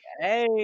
Hey